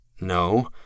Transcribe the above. No